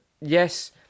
yes